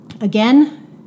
Again